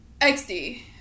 XD